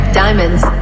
diamonds